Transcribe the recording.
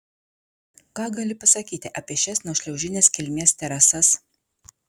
ką gali pasakyti apie šias nuošliaužinės kilmės terasas